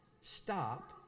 stop